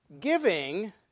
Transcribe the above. giving